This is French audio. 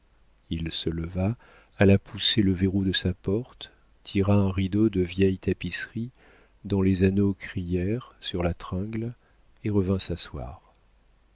il se leva alla pousser le verrou de sa porte tira un rideau de vieille tapisserie dont les anneaux crièrent sur la tringle et revint s'asseoir